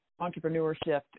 Entrepreneurship